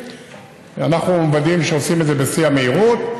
אנחנו מוודאים שעושים את זה בשיא המהירות.